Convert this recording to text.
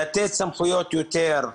לתת סמכויות יותר.